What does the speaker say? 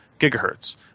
gigahertz